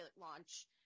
launch